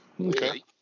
Okay